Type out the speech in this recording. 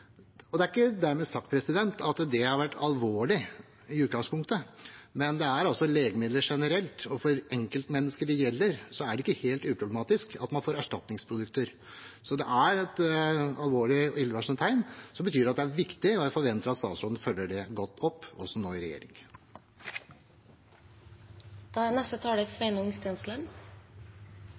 er ikke dermed sagt at det er alvorlig i utgangspunktet, men det er for legemidler generelt. For enkeltmennesker det gjelder, er det ikke helt uproblematisk å få erstatningsprodukter. Det er et alvorlig og illevarslende tegn som betyr at det er viktig, og jeg forventer at statsråden følger godt opp, også nå i regjering. Det er